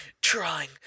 trying